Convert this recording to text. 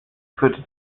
führte